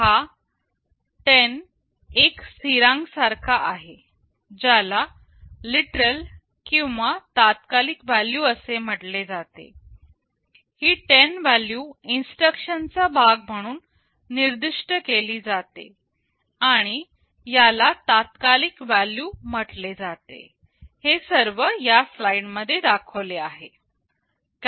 हा 10 एक स्थिरांक सारखा आहे ज्याला लिटरल किंवा तात्कालिक व्हॅल्यू असे म्हटले जाते ही 10 व्हॅल्यू इन्स्ट्रक्शनचा भाग म्हणून निर्दिष्ट केली जाते आणि याला तात्कालिक व्हॅल्यू म्हटले जाते